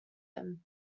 him